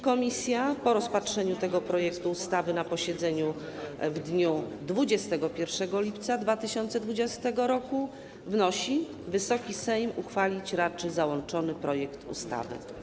Komisja po rozpatrzeniu tego projektu ustawy na posiedzeniu w dniu 21 lipca 2020 r. wnosi, aby Wysoki Sejm uchwalić raczył załączony projekt ustawy.